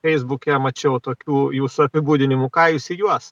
feisbuke mačiau tokių jūsų apibūdinimų ką jūs į juos